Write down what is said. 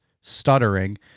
stuttering